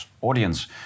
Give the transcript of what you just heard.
audience